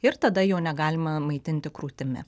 ir tada jo negalima maitinti krūtimi